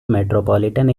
metropolitan